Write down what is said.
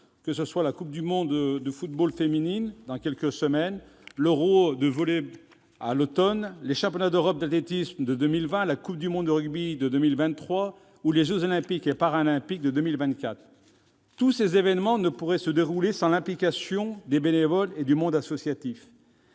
que ce soit la Coupe du monde de football féminine dans quelques semaines, l'Euro de volley-ball à l'automne prochain, les championnats d'Europe d'athlétisme de 2020, la coupe du monde de rugby de 2023 ou les jeux Olympiques et Paralympiques de 2024. Tous ces événements ne pourraient se dérouler sans l'implication des bénévoles et du monde associatif.